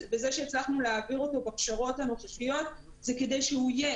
זה שהצלחנו להעביר אותו בפשרות הנוכחיות זה כדי שהוא יהיה,